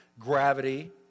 gravity